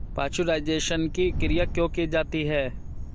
Pasteurisation की क्रिया क्यों की जाती है?